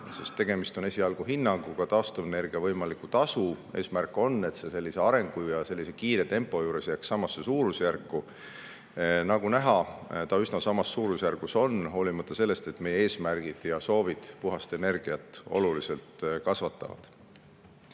sest tegemist on esialgu hinnanguga. Eesmärk on, et see sellise arengu ja sellise kiire tempo juures jääb samasse suurusjärku. Nagu näha, ta üsna samas suurusjärgus on, hoolimata sellest, et meie eesmärgid ja soovid puhta energia [osakaalu] oluliselt kasvatavad.